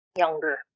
younger